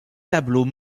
tableaux